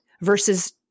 versus